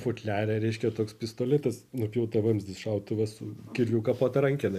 futliare reiškia toks pistoletas nupjautavamzdis šautuvas su kirviu kapota rankena